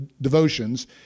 devotions